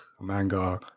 manga